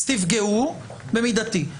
אז תפגעו במידתי.